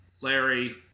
larry